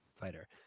fighter